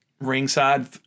ringside